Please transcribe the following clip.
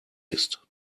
ist